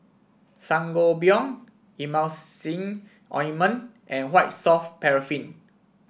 Sangobion Emulsying Ointment and White Soft Paraffin